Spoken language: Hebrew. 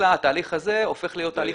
אלא התהליך הזה הופך להיות תהליך